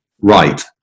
Right